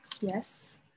Yes